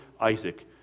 Isaac